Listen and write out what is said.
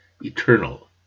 eternal